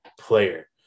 player